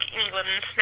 england